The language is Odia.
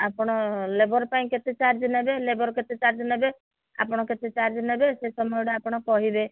ଆପଣ ଲେବର୍ ପାଇଁ କେତେ ଚାର୍ଜ୍ ନେବେ ଲେବର୍ କେତେ ଚାର୍ଜ୍ ନେବେ ଆପଣ କେତେ ଚାର୍ଜ୍ ନେବେ ସେ ସମୟଟା ଆପଣ କହିବେ